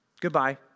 Goodbye